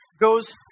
goes